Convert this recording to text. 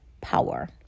power